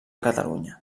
catalunya